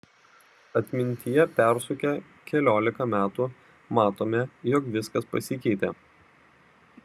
atmintyje persukę keliolika metų matome jog viskas pasikeitė